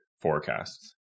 forecasts